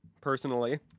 personally